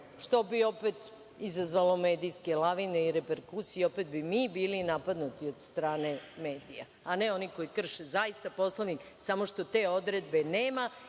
što bi opet izazvalo medijske lavine i reperkusije i opet bi mi bili napadnuti od strane medija, a ne oni koji krše zaista Poslovnik, samo što te odredbe nema